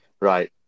right